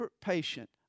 patient